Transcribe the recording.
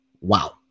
Wow